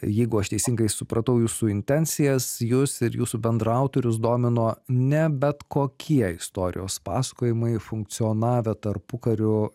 jeigu aš teisingai supratau jūsų intencijas jus ir jūsų bendraautorius domino ne bet kokie istorijos pasakojimai funkcionavę tarpukariu